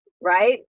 Right